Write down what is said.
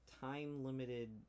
time-limited